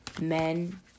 men